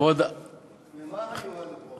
ממה היו הלוחות?